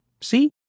See